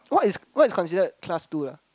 what is what is considered class two ah